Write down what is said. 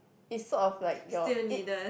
is sort of like your it